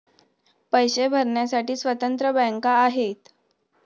पैसे भरण्यासाठी स्वतंत्र बँका आहेत